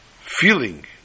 feeling